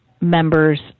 members